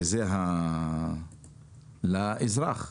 לאזרח.